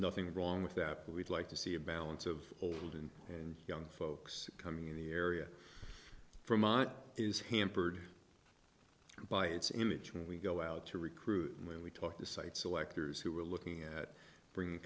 nothing wrong with that but we'd like to see a balance of old and and young folks coming in the area from oz is hampered by its image when we go out to recruit and when we talk to sites selectors who are looking at bringing